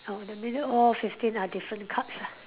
oh that mean all fifteen are different cards ah